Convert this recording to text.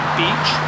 beach